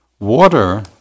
Water